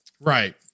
Right